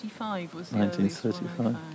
1935